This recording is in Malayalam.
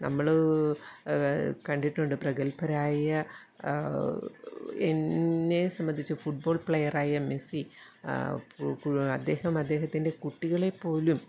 നമ്മൾ കണ്ടിട്ടുണ്ട് പ്രഗൽഭരായ എന്നെ സംബന്ധിച്ച് ഫുട്ബോൾ പ്ലെയറായ മെസ്സി അദ്ദേഹം അദ്ദേഹത്തിൻ്റെ കുട്ടികളെപ്പോലും